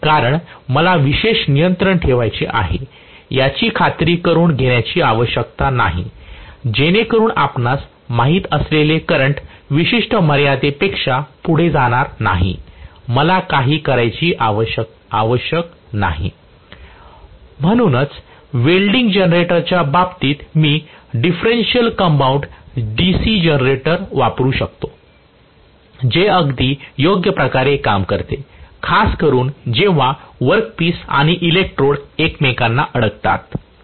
कारण मला विशेष नियंत्रण ठेवले आहे याची खात्री करुन घेण्याची आवश्यकता नाही जेणेकरून आपणास माहित असलेले करंट विशिष्ट मर्यादेपेक्षा पुढे जाणार नाही मला काही करणे आवश्यक नाही म्हणूनच वेल्डिंग जनरेटरच्या बाबतीत मी डिफरेन्शिअल कंपाऊंड DC जनरेटर वापरू शकतो जे अगदी योग्य प्रकारे काम करते खासकरुन जेव्हा वर्कपीस आणि इलेक्ट्रोड एकमेकांना अडकतात तेव्हा